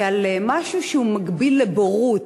כעל משהו שהוא מקביל לבורות,